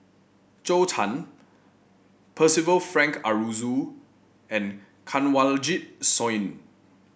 Zhou Can Percival Frank Aroozoo and Kanwaljit Soin